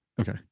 Okay